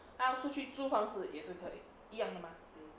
他要出去住房子也是可以一样的 mah